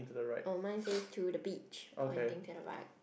oh mine says to the beach pointing to the right